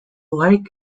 lake